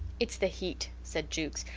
its the heat, said jukes.